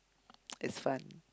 is fun